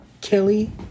Kelly